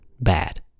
bad